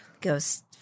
goes